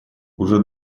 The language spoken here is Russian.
уже